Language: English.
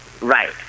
Right